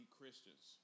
Christians